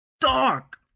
Dark